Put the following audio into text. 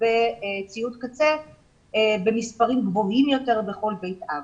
בציוד קצה במספרים גבוהים יותר בכל בית אב.